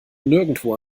nirgendwo